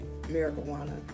marijuana